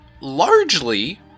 largely